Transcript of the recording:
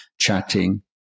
chatting